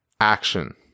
action